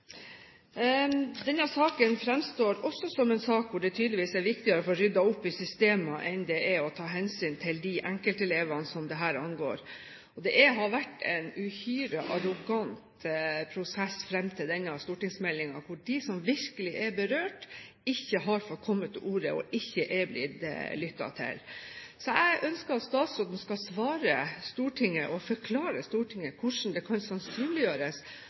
Denne saken fremstår også som en sak hvor det tydeligvis er viktigere å få ryddet opp i systemer enn det er å ta hensyn til de enkeltelevene som dette angår. Det har vært en uhyre arrogant prosess fram til denne stortingsmeldingen, hvor de som virkelig er berørt, ikke har fått kommet til orde og ikke er blitt lyttet til. Så jeg ønsker at statsråden skal svare Stortinget og forklare hvordan det kan sannsynliggjøres